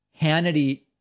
Hannity